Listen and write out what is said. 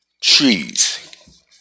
trees